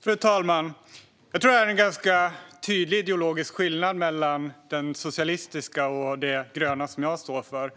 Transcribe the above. Fru talman! Jag tror att det är en ganska tydlig ideologisk skillnad mellan det socialistiska å ena sidan och det gröna, som jag står för.